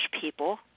people